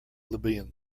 libyan